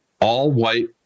all-white